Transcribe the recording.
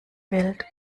welt